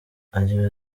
agira